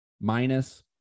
minus